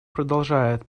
продолжает